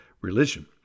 religion